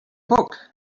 book